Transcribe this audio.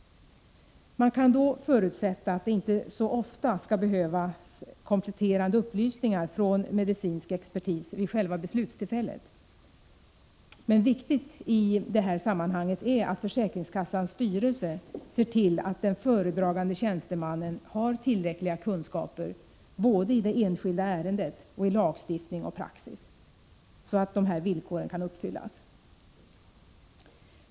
Man kan då förutsätta att det inte så ofta skall behövas kompletterande upplysningar från medicinsk expertis vid själva beslutstillfället. Men viktigt i det här sammanhanget är att försäkringskassans styrelse ser till att den föredragande tjänstemannen har tillräckliga kunskaper både i det enskilda ärendet och i lagstiftning och praxis, så att dessa villkor kan uppfyllas.